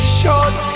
short